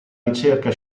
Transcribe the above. ricerca